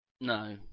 No